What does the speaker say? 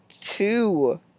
two